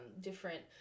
different